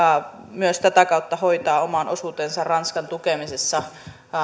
myös tätä kautta hoitaa oman osuutensa ranskan tukemisessa